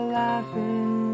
laughing